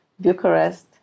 Bucharest